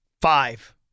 five